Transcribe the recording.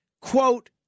quote